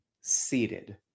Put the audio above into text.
seated